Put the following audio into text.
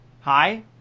Hi